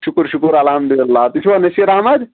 شُکُر شُکُر الحمدللہ تُہۍ چھِوا نصیر احمد